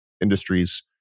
industries